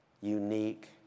unique